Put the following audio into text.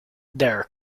there